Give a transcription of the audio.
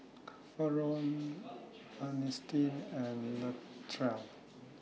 Faron Earnestine and Latrell